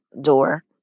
door